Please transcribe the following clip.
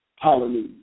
Hallelujah